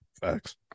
Facts